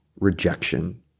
rejection